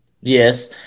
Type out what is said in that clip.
Yes